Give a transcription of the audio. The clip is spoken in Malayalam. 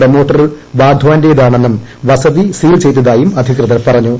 പ്രമോട്ടർ വാധാന്റേതാണെന്നും വസതി സീൽ ചെയ്തതായും അധികൃതർ പറഞ്ഞു